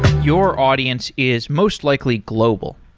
your audience is most likely global.